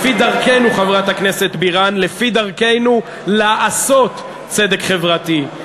לפי דרכנו, חברת הכנסת בירן, לעשות צדק חברתי,